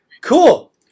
cool